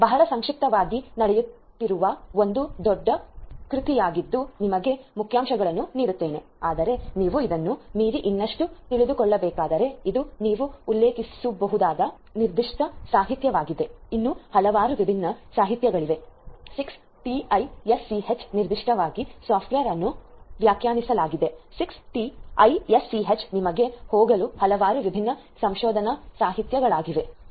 ಇದು ಬಹಳ ಸಂಕ್ಷಿಪ್ತವಾಗಿ ನಡೆಯುತ್ತಿರುವ ಒಂದು ದೊಡ್ಡ ಕೃತಿಯಾಗಿದ್ದು ನಿಮಗೆ ಮುಖ್ಯಾಂಶಗಳನ್ನು ನೀಡುತ್ತೇನೆ ಆದರೆ ನೀವು ಇದನ್ನು ಮೀರಿ ಇನ್ನಷ್ಟು ತಿಳಿದುಕೊಳ್ಳಬೇಕಾದರೆ ಇದು ನೀವು ಉಲ್ಲೇಖಿಸಬಹುದಾದ ನಿರ್ದಿಷ್ಟ ಸಾಹಿತ್ಯವಾಗಿದೆ ಇನ್ನೂ ಹಲವಾರು ವಿಭಿನ್ನ ಸಾಹಿತ್ಯಗಳಿವೆ 6TiSCH ನಿರ್ದಿಷ್ಟವಾಗಿ ಸಾಫ್ಟ್ವೇರ್ ಅನ್ನು ವ್ಯಾಖ್ಯಾನಿಸಲಾಗಿದೆ 6TiSCH ನಿಮಗೆ ಹೋಗಲು ಹಲವಾರು ವಿಭಿನ್ನ ಸಂಶೋಧನಾ ಸಾಹಿತ್ಯಗಳಿವೆ